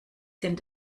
sind